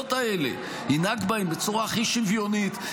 האלה ינהג בהן בצורה הכי שוויונית,